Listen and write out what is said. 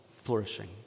flourishing